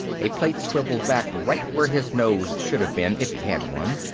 a plate swiveled back right where his nose should have been if he had one,